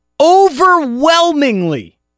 overwhelmingly